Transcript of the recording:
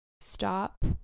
Stop